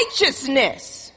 righteousness